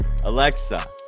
Alexa